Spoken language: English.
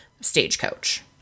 stagecoach